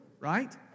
right